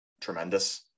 tremendous